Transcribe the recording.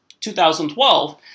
2012